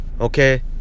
okay